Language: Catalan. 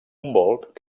humboldt